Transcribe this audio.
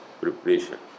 preparation